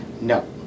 No